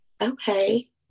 okay